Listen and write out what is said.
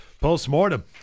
post-mortem